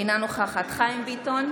אינה נוכחת חיים ביטון,